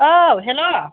औ हेल'